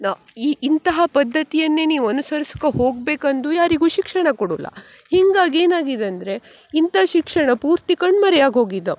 ಈ ಇಂತಹ ಪದ್ದತಿಯನ್ನೇ ನೀವು ಅನುಸರಿಸ್ಕ ಹೋಗ್ಬೇಕು ಅಂದೂ ಯಾರಿಗೂ ಶಿಕ್ಷಣ ಕೊಡುಲ್ಲ ಹಿಂಗಾಗಿ ಏನಾಗಿದೆ ಅಂದರೆ ಇಂಥ ಶಿಕ್ಷಣ ಪೂರ್ತಿ ಕಣ್ಮರೆಯಾಗಿ ಹೋಗಿದೆ